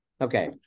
Okay